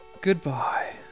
Goodbye